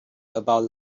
about